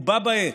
ובה בעת,